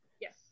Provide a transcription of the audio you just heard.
Yes